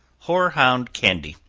hoarhound candy.